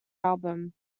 album